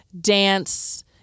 dance